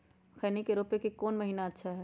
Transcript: खैनी के रोप के कौन महीना अच्छा है?